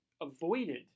avoided